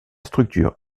structure